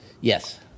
Yes